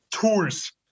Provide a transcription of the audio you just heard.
tools